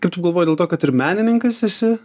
kaip tu galvoji dėl to kad ir menininkas esi